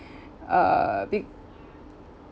uh big